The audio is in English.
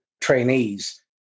trainees